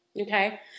Okay